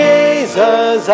Jesus